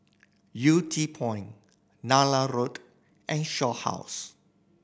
Yew Tee Point Nallur Road and Shaw House